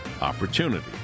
Opportunity